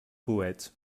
poètes